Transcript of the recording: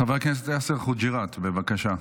חבר הכנסת יאסר חוג'יראת, בבקשה.